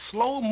Slow